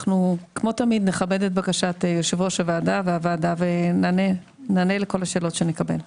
אנחנו כמו תמיד נכבד את בקשת יושב ראש הוועדה ונענה על כל השאלות שנקבל.